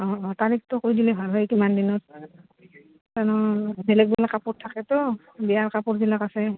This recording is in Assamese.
অঁ তাৰিখটো কৈ দিলি ভাল হয় কিমান দিনত বেলেগ বেলেগ কাপোৰ থাকেতো বিয়াৰ কাপোৰবিলাক আছে